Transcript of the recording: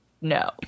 no